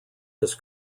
his